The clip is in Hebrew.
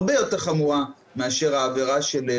אזור הדמדומים כדי לפעול במאמצי שיווק,